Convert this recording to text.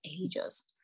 ages